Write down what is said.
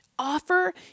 Offer